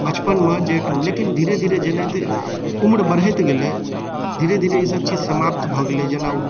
बचपनमे जे कनि लेकिन धीरे धीरे जेनाहिते उम्र बढ़ैत गेलै धीरे धीरे ई सबचीज समाप्त भऽ गेलै जेना ओ